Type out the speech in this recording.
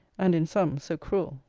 and in some so cruel.